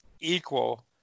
equal